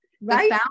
Right